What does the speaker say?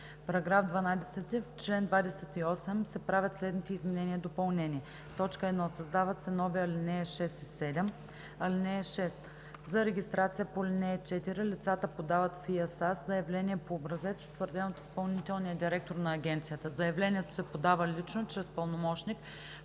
§ 12: „§ 12. В чл. 28 се правят следните изменения и допълнения: 1. Създават се нови ал. 6 и 7: „(6) За регистрация по ал. 4 лицата подават в ИАСАС заявление по образец, утвърден от изпълнителния директор на Агенцията. Заявлението се подава лично, чрез пълномощник,